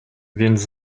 więc